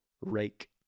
rake